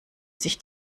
sich